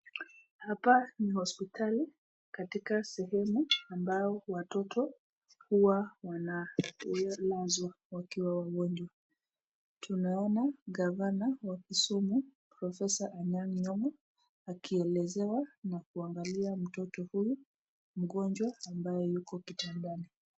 Hapa ni hospitali katika sehemu ambao watoto huwa wanalazwa wakiwa wagonjwa. Tunaona gavana wa kisumu profesa Anyang Nyong'o akielezewa na kuangalia mtoto huyu mgonjwa ambaye yuko kitandani.